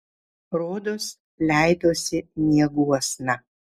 rodos leidosi mieguosna